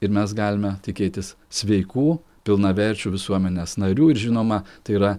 ir mes galime tikėtis sveikų pilnaverčių visuomenės narių ir žinoma tai yra